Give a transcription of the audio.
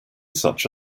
such